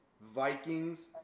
Vikings